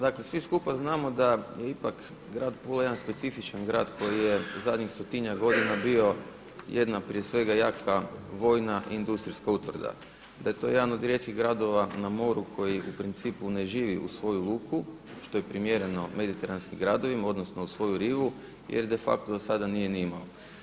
Dakle svi skupa znamo da ipak grad Pula jedan specifičan grad koji je zadnjih stotinjak godina bio jedna prije svega jaka vojna industrijska utvrda i da je to jedan od rijetkih gradova na moru koji u principu ne živi u svoju luku što je primjerno mediteranskim gradovima odnosno uz svoju rivu jer de facto do sada nije ni imao.